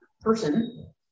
person